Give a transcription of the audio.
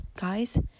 Guys